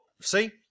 see